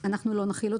לא נחיל,